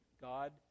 God